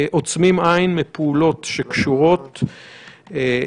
עוצמים עין מפעולות שקשורות או,